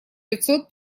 пятьсот